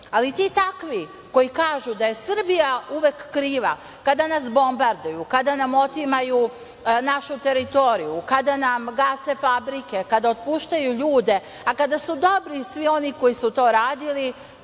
Ali, ti takvi koji kažu da je Srbija uvek kriva, kada nas bombarduju, kada nam otimaju našu teritoriju, kada nam gase fabrike, kada otpuštaju ljude, a kada su dobri svi oni koji su to radili,